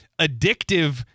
addictive